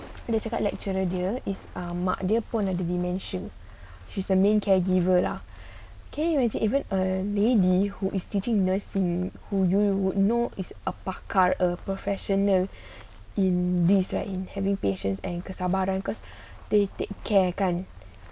and dia cakap lecturer dia is ah mak dia pun ada dementia she's the main caregiver lah okay you when even a lady who is teaching nursing who you would know is a pakar a professional in these right in having patience and kesabaran cause they take care kan